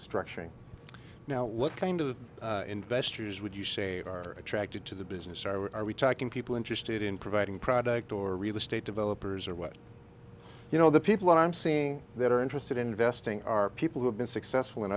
structuring now what kind of investors would you say are attracted to the business are we are we talking people interested in providing product or real estate developers or what you know the people i'm seeing that are interested in investing are people who have been successful